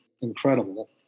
incredible